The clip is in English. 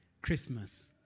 christmas